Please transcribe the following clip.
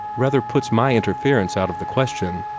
rather puts my interference out of the question.